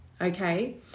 okay